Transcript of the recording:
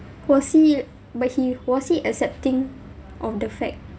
was he but he was he accepting of the fact